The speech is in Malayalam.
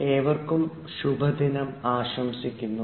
ഏവർക്കും ശുഭദിനം ആശംസിക്കുന്നു